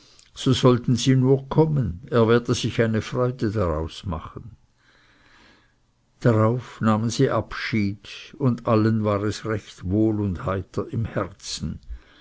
so sollten sie nur kommen er werde sich eine freude daraus machen darauf nahmen sie abschied und allen war es recht wohl und heiter im herzen